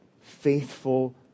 faithful